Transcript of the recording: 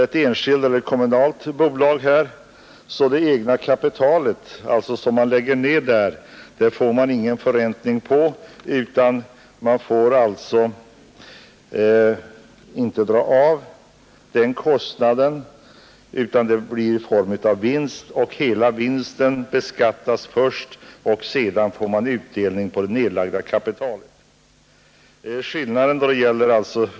Ett enskilt eller kommunalt bolag får inte dra av förräntningen på det egna kapitalet, när den beskattningsbara vinsten räknas fram. Hela vinsten beskattas först, och sedan blir det utdelning på det egna kapitalet.